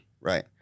right